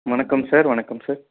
வணக்கம் சார் வணக்கம் சார்